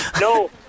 No